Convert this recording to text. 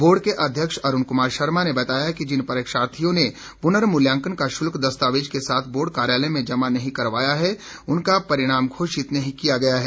board के अध्यक्ष अरूण कुमार शर्मा ने बताया कि जिन परीक्षार्थियों ने पुर्नमूल्यांकन का शुल्क दस्तावेज के साथ बोर्ड कार्यालय में जमा नहीं करवाया है उनका परिणाम घोषित नहीं किया गया है